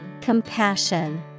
Compassion